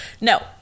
no